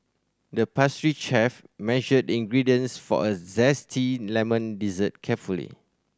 the pastry chef measured the ingredients for a zesty lemon dessert carefully